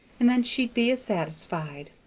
and then she'd be as satisfied!